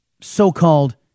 so-called